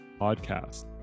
podcast